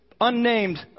unnamed